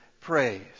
praise